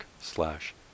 slash